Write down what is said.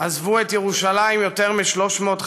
עזבו את ירושלים יותר מ-350,000